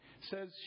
says